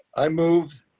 i moved